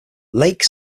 lake